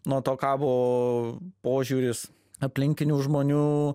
nuo to kabo požiūris aplinkinių žmonių